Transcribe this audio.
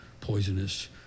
poisonous